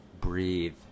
breathe